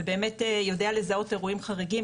ובאמת יודע לזהות אירועים חריגים,